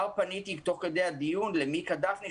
תוך כדי הדיון כבר פניתי למידה דפני,